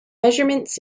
measurements